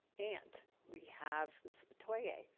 and we have ms. metoyer.